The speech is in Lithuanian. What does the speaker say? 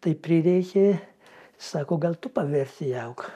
tai prireikė sako gal tu pavertėjauk